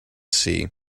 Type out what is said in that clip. see